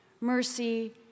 mercy